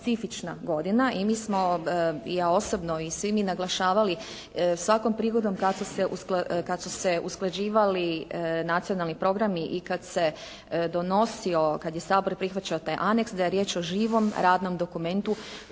specifična godina. I mi smo i ja osobno i svi mi naglašavali svakom prigodom kad su se usklađivali Nacionalni programi i, kad se donosio, kad je Sabor prihvaćao taj anex, da je riječ o živom, radnom dokumentu